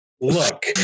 Look